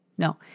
No